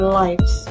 lives